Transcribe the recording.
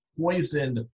poisoned